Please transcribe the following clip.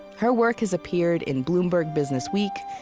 her work has appeared in bloomberg businessweek,